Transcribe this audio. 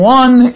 one